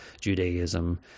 Judaism